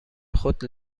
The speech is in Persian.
خود